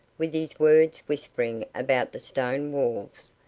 with his words whispering about the stone walls,